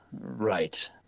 right